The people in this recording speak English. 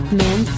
men